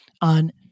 on